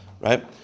right